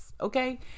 Okay